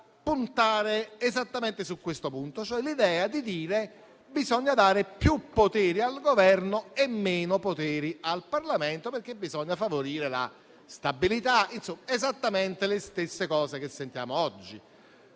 puntare esattamente su questo punto, cioè sull'idea che bisogna dare più poteri al Governo e meno al Parlamento, perché bisogna favorire la stabilità. Insomma, sono esattamente le stesse cose che sentiamo oggi.